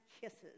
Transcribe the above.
kisses